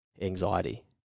anxiety